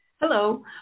Hello